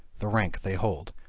the rank they hold,